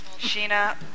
Sheena